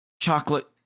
chocolate